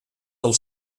del